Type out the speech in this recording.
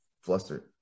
flustered